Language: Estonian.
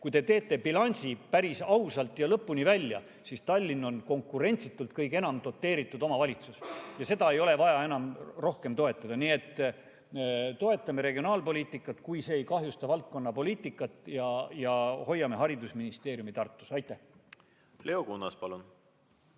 Kui te teete bilansi päris ausalt ja lõpuni välja, siis Tallinn on konkurentsitult kõige enam doteeritud omavalitsus ja seda ei ole vaja enam rohkem toetada. Nii et toetame regionaalpoliitikat, kui see ei kahjusta valdkonnapoliitikat, ja hoiame haridusministeeriumi Tartus! Aitäh! Leo Kunnas, palun!